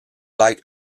like